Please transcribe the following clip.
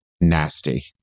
Nasty